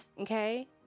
Okay